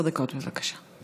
עשר דקות, בבקשה.